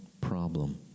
problem